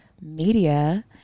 media